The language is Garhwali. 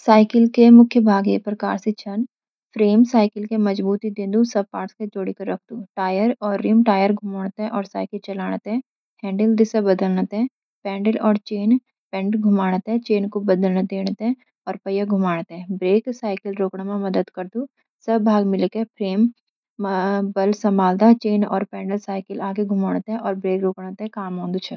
साइकिल के मुख्य भाग ये प्रकार सी छ: फ्रेम: साइकिल कैं मजबूती देंदु, सब पार्टस के जोडी क रखदु। टायर औंर रिम: टायर घुमण तें और साइकिल चलाण तें। हैंडल: दिशा बदलण तें। पैडल औंर चेन: पैडल घुमाण तें, चेन कूं बल देण तें औंर पहिया घुमण ते। ब्रेक: साइकिल रोकण मां मदद करदू। सब भाग मिलिके, फ्रेम बल सम्हालदा, चेन औंर पैडल साइकिल आगे घुमण तें, औंर ब्रेक रोकण तें काम आऊंदु छ।